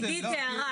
עידית, הערה.